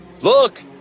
look